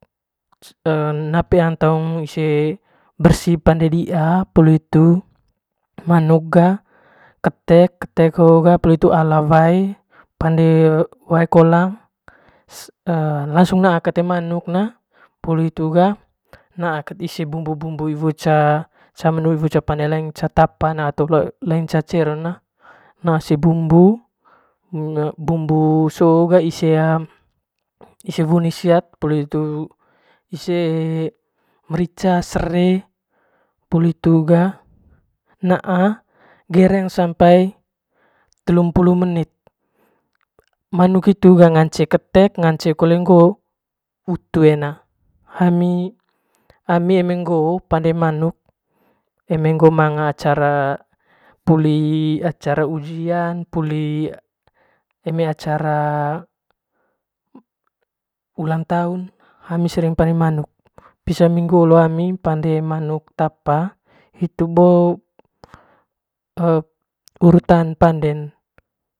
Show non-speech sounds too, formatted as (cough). Na peang taung ise bersi pande diia poli hitu manuk ga puli hitu ketek, ketek hoo ga ala wae pande wae kolang langsung naa kat manuk ne poli hitu ga ise bumbu bumbu ce ce pande laing ce tapa atau laing ca cero na na ise bumbu, bumbu soo ga ise wunis (unintelligible) poli hitu merica sere poli hitu ga naa gereng sampai telum pulu menit manuk hitu ga ngace kole ketek ngance kole utu (unintelligible) hami eme ngoo pande manuk eme ngoo manga acatra pundi acara ujian eme acara ulang taun hami sering pand manuk pisa minggu olo ami pande manuk tapa hitu bo urutan panden.